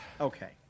Okay